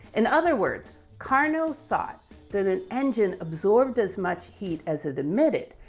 in other words, carnot thought that an engine absorbed as much heat as it emitted,